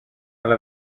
αλλά